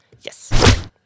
Yes